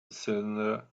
cylinder